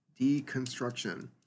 deconstruction